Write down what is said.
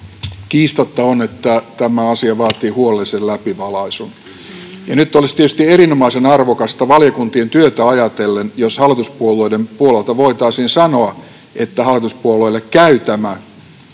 Kiistatta on niin, että tämä asia vaatii huolellisen läpivalaisun, ja nyt olisi tietysti erinomaisen arvokasta valiokuntien työtä ajatellen, jos hallituspuolueiden puolelta voitaisiin sanoa, että hallituspuolueille käy supon